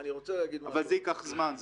אבל זה ייקח זמן,